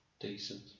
Decent